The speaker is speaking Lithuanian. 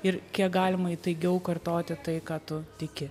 ir kiek galima įtaigiau kartoti tai ką tu tiki